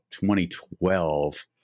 2012